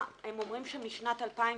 הם אומרים שמשנת 2009